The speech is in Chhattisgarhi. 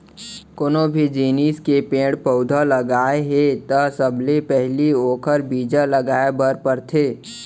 कोनो भी जिनिस के पेड़ पउधा लगाना हे त सबले पहिली ओखर बीजा लगाए बर परथे